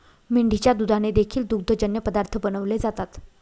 मेंढीच्या दुधाने देखील दुग्धजन्य पदार्थ बनवले जातात